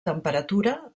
temperatura